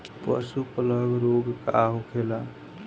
पशु प्लग रोग का होखेला?